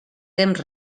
temps